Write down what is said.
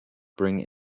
bring